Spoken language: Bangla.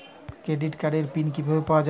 ক্রেডিট কার্ডের পিন কিভাবে পাওয়া যাবে?